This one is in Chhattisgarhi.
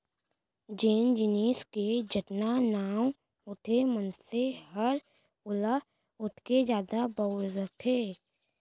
जेन जिनिस के जतका नांव होथे मनसे हर ओला ओतके जादा बउरथे